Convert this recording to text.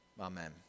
Amen